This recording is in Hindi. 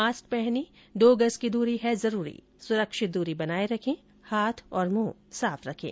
मास्क पहनें दो गज की दूरी है जरूरी सुरक्षित दूरी बनाए रखें हाथ और मुंह साफ रखें